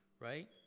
right